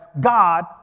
God